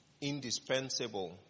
indispensable